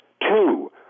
two